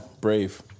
brave